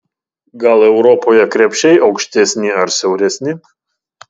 gal europoje krepšiai aukštesni ar siauresni